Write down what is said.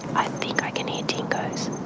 i think i can hear dingoes.